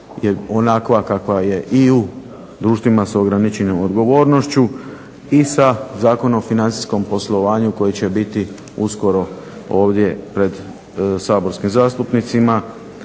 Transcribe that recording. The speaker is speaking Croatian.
onakva kakva je i u društvima sa ograničenom odgovornošću i sa Zakonom o financijskom poslovanju koji će biti uskoro ovdje pred saborskim zastupnicima.